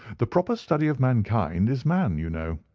the proper study of mankind is man you know.